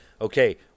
okay